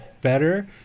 better